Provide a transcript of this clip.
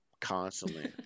constantly